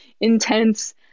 intense